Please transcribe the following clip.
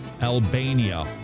Albania